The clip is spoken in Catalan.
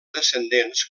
descendents